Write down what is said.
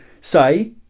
say